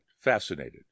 fascinated